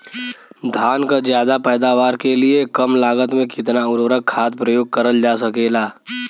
धान क ज्यादा पैदावार के लिए कम लागत में कितना उर्वरक खाद प्रयोग करल जा सकेला?